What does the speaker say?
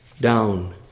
down